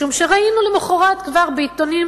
משום שראינו כבר למחרת בעיתונים,